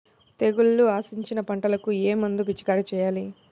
తెగుళ్లు ఆశించిన పంటలకు ఏ మందు పిచికారీ చేయాలి?